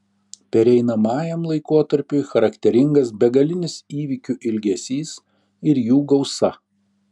pereinamajam laikotarpiui charakteringas begalinis įvykių ilgesys ir jų gausa